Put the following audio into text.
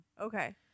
Okay